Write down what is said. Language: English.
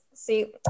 See